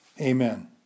Amen